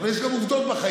אבל יש גם עובדות בחיים,